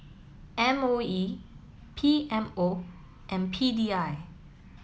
M O E P M O and P D I